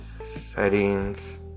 settings